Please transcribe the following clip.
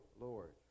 Lord